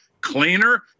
cleaner